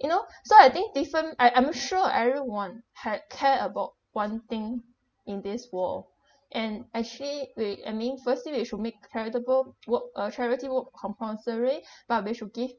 you know so I think different I I'm sure everyone had care about one thing in this world and actually we I mean firstly we should make charitable work uh charity work compulsory but they should give